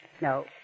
No